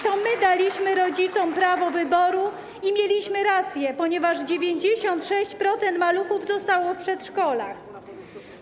To my daliśmy rodzicom prawo wyboru i mieliśmy rację, ponieważ 96% maluchów zostało w przedszkolach.